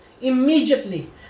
immediately